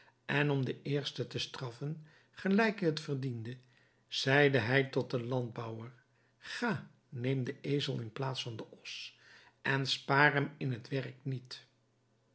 en om den eerste te straffen gelijk hij het verdiende zeide hij tot zijn landbouwer ga neem den ezel in plaats van den os en spaar hem in het werk niet